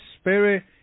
Spirit